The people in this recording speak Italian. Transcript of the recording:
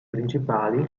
principali